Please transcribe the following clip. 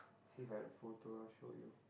see if i got the photo I'll show you